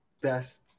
best